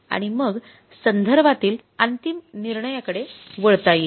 आणि मग संदर्भातील अंतिम निर्णयाकडे वळता येईल